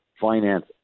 finance